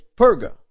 Perga